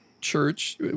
church